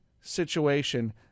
situation